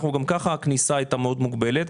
גם ככה הכניסה הייתה מאוד מוגבלת,